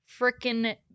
freaking